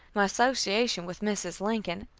my association with mrs. lincoln,